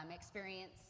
experience